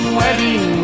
wedding